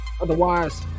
Otherwise